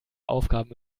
aufgaben